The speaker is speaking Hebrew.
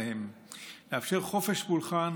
לאפשר חופש פולחן